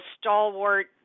stalwart